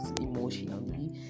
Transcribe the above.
emotionally